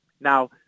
Now